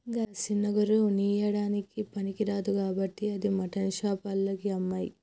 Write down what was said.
గా సిన్న గొర్రె ఉన్ని ఇయ్యడానికి పనికిరాదు కాబట్టి అది మాటన్ షాప్ ఆళ్లకి అమ్మేయి